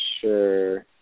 sure